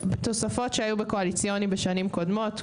תוספות שהיו בקואליציוניים בשנים קודמות,